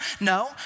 No